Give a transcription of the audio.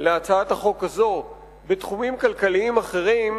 להצעת החוק הזו בתחומים כלכליים אחרים,